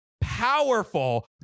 powerful